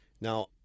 Now